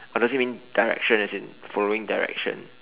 or does it mean direction as in following direction